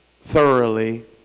thoroughly